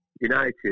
United